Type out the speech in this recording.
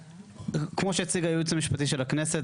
כמו שהציג הייעוץ המשפטי של הכנסת,